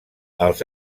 els